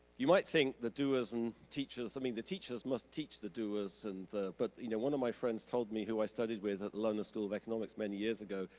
you might think the doers and teachers, i mean, the teachers must teach the doers, and but you know one of my friends told me who i studied with at the london school of economics many years ago,